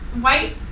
white